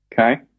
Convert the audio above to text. Okay